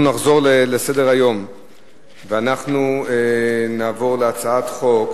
אנחנו נחזור לסדר-היום ונעבור להצעת חוק